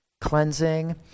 cleansing